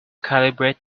calibrate